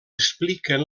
expliquen